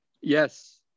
Yes